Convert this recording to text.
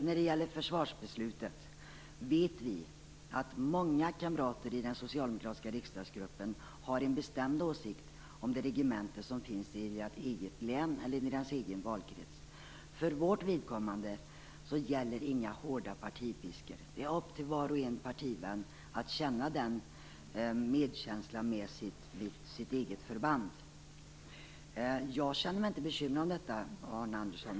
När det gäller försvarsbeslutet vet vi att många kamrater i den socialdemokratiska riksdagsgruppen har en bestämd åsikt om det regemente som finns i deras eget län eller i deras egen valkrets. För vårt vidkommande gäller inte några hårda partipiskor. Det är upp till varje partivän att ha den medkänslan med sitt eget förband. Jag känner mig inte bekymrad över detta, Arne Andersson.